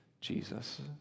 Jesus